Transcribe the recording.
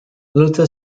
luther